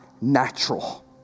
natural